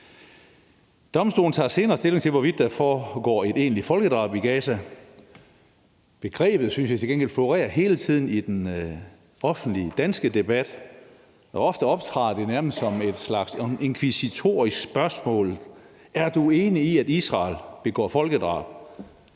Domstolen tager senere stilling til, hvorvidt der foregår et egentligt folkedrab i Gaza. Begrebet synes jeg til gengæld florerer hele tiden i den offentlige danske debat. Ofte optræder det nærmest som en slags inkvisitorisk spørgsmål: Er du enig i, at Israel begår folkedrab?